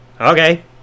Okay